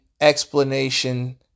explanation